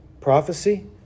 prophecy